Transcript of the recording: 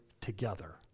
together